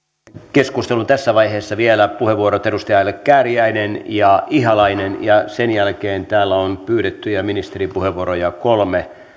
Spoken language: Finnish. keskustelun tässä vaiheessa vielä puheenvuorot edustajille kääriäinen ja ihalainen ja sen jälkeen täällä on pyydettyjä ministeripuheenvuoroja kolme